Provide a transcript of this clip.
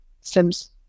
sims